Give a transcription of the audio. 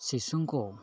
ଶିଶୁଙ୍କୁ